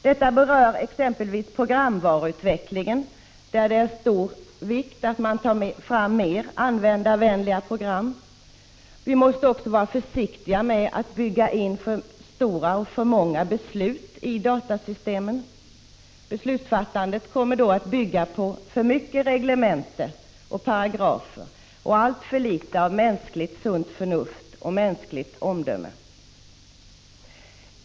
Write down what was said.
Detta berör exempelvis programvaruutvecklingen, där det är av stor vikt att man tar fram användarvänliga program. Vi måste också vara försiktiga med att bygga in alltför stora och alltför många beslut i datasystemen. Beslutsfattandet kommer då att bygga på för mycket reglementen och paragrafer och för litet mänskligt sunt förnuft och mänskligt omdöme.